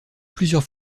plusieurs